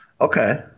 Okay